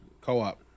co-op